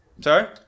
Sorry